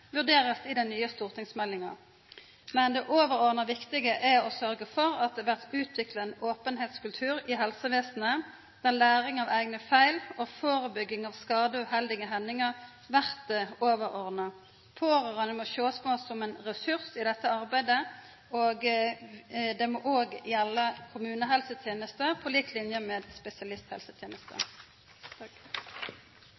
vurderast i den nye stortingsmeldinga. Men det overordna viktige er å syta for at det blir utvikla ein openheitskultur i helsevesenet, der læring av eigne feil og førebygging av skadar og uheldige hendingar blir overordna. Pårørande må sjåast på som ein ressurs i dette arbeidet. Det må òg gjelda kommunehelsetenester på lik line med spesialisthelsetenester.